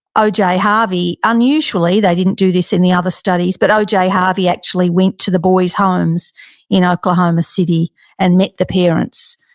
oj harvey, unusually, they didn't do this in the other studies, but oj harvey actually went to the boys' homes in oklahoma city and met the parents.